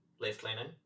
left-leaning